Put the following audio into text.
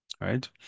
right